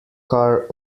car